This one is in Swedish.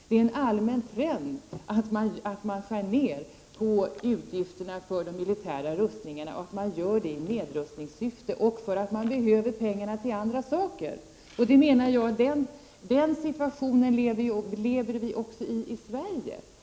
Det är en allmän trend att man skär ned på utgifterna för de militära rustningarna, och man gör det i nedrustningssyfte och för att man behöver pengarna till annat. Jag menar att vi även i Sverige lever i denna situation.